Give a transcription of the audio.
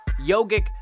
yogic